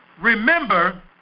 Remember